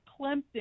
Clemson